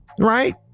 Right